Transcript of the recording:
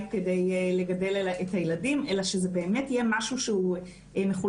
כדי לגדל את הילדים אלא שזה באמת יהיה משהו שהוא מחולק,